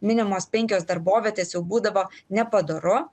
minimos penkios darbovietės jau būdavo nepadoru